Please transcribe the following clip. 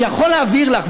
אני יכול להעביר לך,